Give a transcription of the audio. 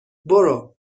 برو